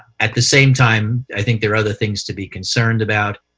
at the same time, i think there are other things to be concerned about,